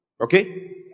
Okay